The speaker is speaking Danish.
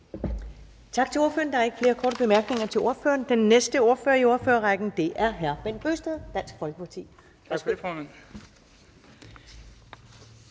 Tak til ordføreren. Der er ikke flere korte bemærkninger til ordføreren. Den næste ordfører i ordførerrækken er hr. Bent Bøgsted, Dansk Folkeparti.